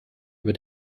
über